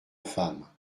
femme